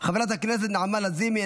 חברת הכנסת נעמה לזימי,